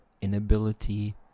inability